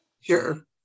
Sure